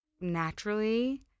naturally